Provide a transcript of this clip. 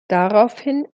daraufhin